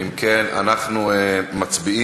אם כן, אנחנו מצביעים